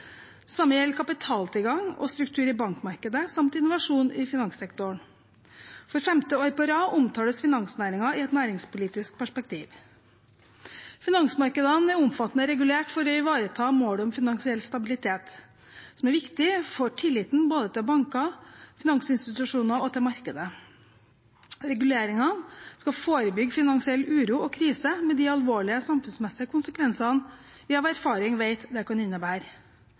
samme gjelder kapitaltilgang og struktur i bankmarkedet samt innovasjon i finanssektoren. For femte år på rad omtales finansnæringen i et næringspolitisk perspektiv. Finansmarkedene er omfattende regulert for å ivareta målet om finansiell stabilitet, som er viktig for tilliten både til banker, til finansinstitusjoner og til markedet. Reguleringene skal forebygge finansiell uro og krise med de alvorlige samfunnsmessige konsekvensene vi av erfaring vet det kan innebære.